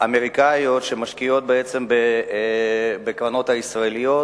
אמריקניות שמשקיעות בקרנות הישראליות,